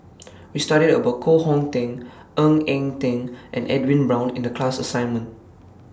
We studied about Koh Hong Teng Ng Eng Teng and Edwin Brown in The class assignment